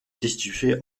destituer